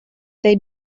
they